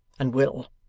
and will.